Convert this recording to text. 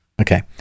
Okay